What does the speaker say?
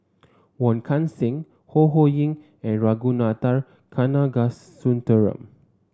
Wong Kan Seng Ho Ho Ying and Ragunathar Kanagasuntheram